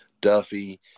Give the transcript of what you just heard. duffy